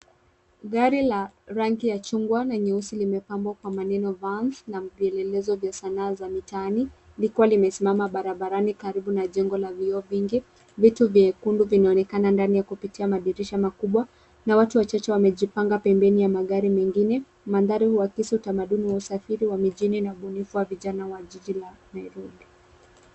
Gari la rangi ya chungwa na nyeusi limepambwa kwa maneno Vans na vielelezo vya Sanaa za mitaani likiwa limesimama barabarani karibu na jengo la vioo vingi, vitu vyekundu vinaonekana ndani kupitia madirisha makubwa na watu wachache wamejipanga pembeni ya magari mengine. Mandhari huakisi utamaduni wa usafiri wa mijini na ubunifu wa vijana wa jiji la Nairobi.